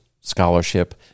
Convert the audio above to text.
scholarship